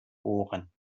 ohren